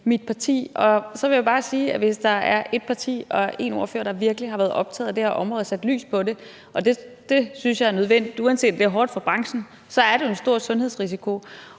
mit parti. Så vil jeg bare sige, at hvis der er et parti og en ordfører, der virkelig har været optaget af det her område og sat lys på det, så er det ordføreren. Og det synes jeg er nødvendigt. Uanset om det bliver hårdt for branchen, så er der jo en stor sundhedsrisiko,